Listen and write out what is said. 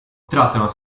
trattano